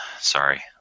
sorry